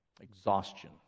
Exhaustion